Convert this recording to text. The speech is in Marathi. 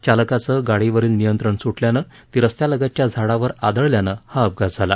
चालकाचं गाडीवरील नियंत्रण सुटल्यानं ती रस्त्यालगतच्या झाडावर आदळल्यानं हा अपघात झाला